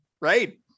Right